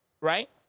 Right